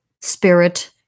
spirit